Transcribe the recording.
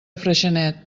freixenet